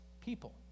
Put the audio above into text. people